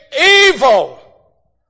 evil